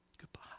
Goodbye